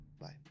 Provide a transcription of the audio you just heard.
Bye